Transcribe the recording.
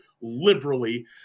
liberally